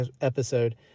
episode